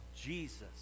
Jesus